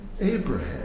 Abraham